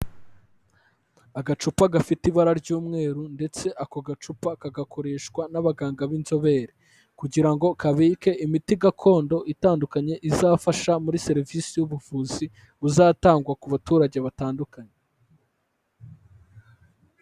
Agacupa gafite ibara ry'umweru ndetse ako gacupa kagakoreshwa n'abaganga b'inzobere. Kugira ngo kabike imiti gakondo itandukanye, izafasha muri serivisi y'ubuvuzi buzatangwa ku baturage batandukanye.